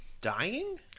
dying